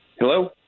Hello